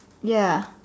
ya